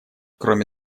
кроме